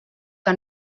que